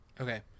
Okay